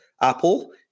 Apple